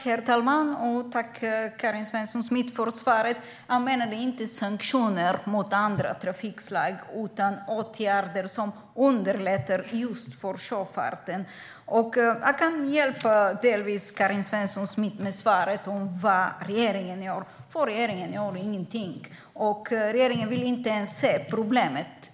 Herr talman! Jag tackar Karin Svensson Smith för svaret. Men jag menade inte sanktioner mot andra trafikslag utan åtgärder som underlättar för just sjöfarten. Jag kan delvis hjälpa Karin Svensson Smith med svaret på vad regeringen gör. Regeringen gör nämligen ingenting. Regeringen vill inte ens se problemet.